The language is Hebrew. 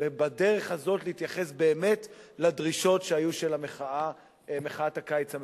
ובדרך הזאת להתייחס באמת לדרישות של מחאת הקיץ המפורסמת.